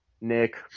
Nick